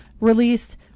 released